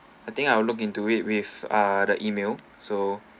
I think I will look into it with uh the email so